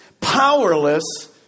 powerless